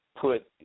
put